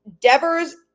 Devers